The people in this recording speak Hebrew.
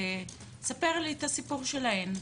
ספר לי את הסיפור שלהן,